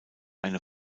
eine